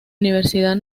universidad